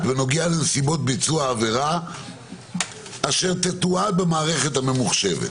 בנוגע לנסיבות ביצוע העבירה --- אשר תתועד במערכת הממוחשבת".